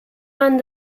man